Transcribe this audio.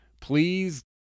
Please